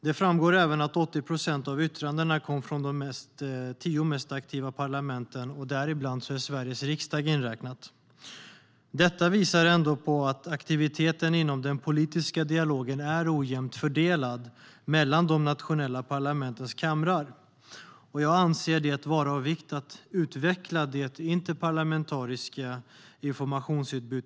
Det framgår även att 80 procent av yttrandena kom från de tio mest aktiva parlamenten, och där är Sveriges riksdag inräknad. Detta visar att aktiviteten inom den politiska dialogen är ojämnt fördelad mellan de nationella parlamentens kamrar. Jag anser det vara av vikt att utveckla det interparlamentariska informationsutbytet.